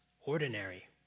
ordinary